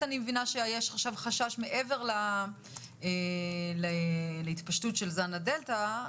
מעבר להתפשטות של זן הדלתא,